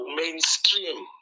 mainstream